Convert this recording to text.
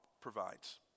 provides